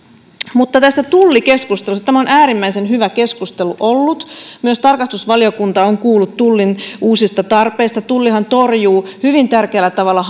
mutta tästä tullikeskustelusta tämä on äärimmäisen hyvä keskustelu ollut myös tarkastusvaliokunta on kuullut tullin uusista tarpeista tullihan torjuu hyvin tärkeällä tavalla